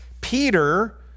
Peter